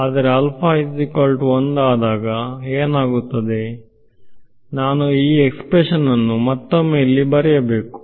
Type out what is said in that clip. ಆದರೆ ಆದಾಗ ಏನಾಗುತ್ತದೆ ನಾನು ಈ ಎಕ್ಸ್ಪ್ರೆಶನ್ ಅನ್ನು ಮತ್ತೊಮ್ಮೆ ಇಲ್ಲಿ ಬರೆಯಬೇಕು